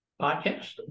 podcast